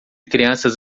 crianças